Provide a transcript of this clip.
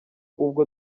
ubwo